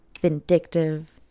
vindictive